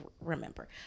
remember